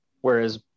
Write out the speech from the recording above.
whereas